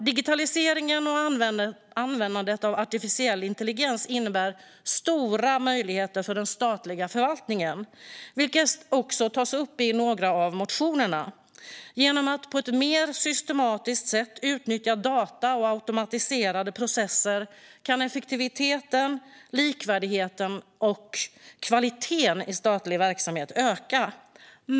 Digitaliseringen och användandet av artificiell intelligens innebär stora möjligheter för den statliga förvaltningen, vilket också tas upp i några av motionerna. Genom att på ett mer systematiskt sätt utnyttja data och automatisera processer kan effektiviteten, likvärdigheten och kvaliteten i statlig verksamhet öka.